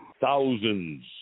thousands